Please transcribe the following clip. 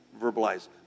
verbalize